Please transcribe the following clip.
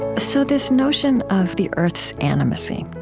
so this notion of the earth's animacy,